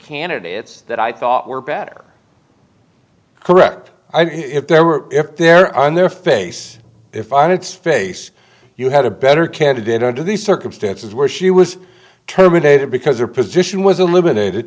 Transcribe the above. candidates that i thought were bad or correct if they were there on their face if i did space you had a better candidate under these circumstances where she was terminated because her position was eliminated